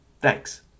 thanks